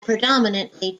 predominantly